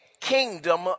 kingdom